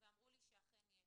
ואמרו לי שאכן יש.